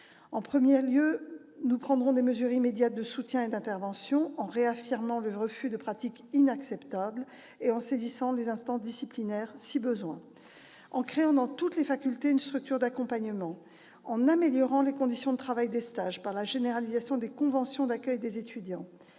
d'abord, nous prendrons des mesures immédiates de soutien et d'intervention, en réaffirmant le refus des pratiques inacceptables et en saisissant au besoin les instances disciplinaires. Nous créerons aussi dans toutes les facultés une structure d'accompagnement et nous améliorerons les conditions de travail dans le cadre des stages, par la généralisation des conventions d'accueil des étudiants